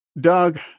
Doug